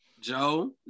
joe